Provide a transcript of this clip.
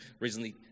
recently